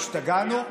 השתגענו?